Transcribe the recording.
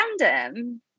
random